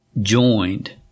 joined